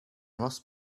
must